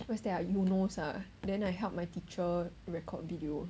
what's that ah eunos ah then I help my teacher record video